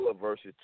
versus